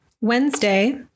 Wednesday